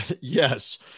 Yes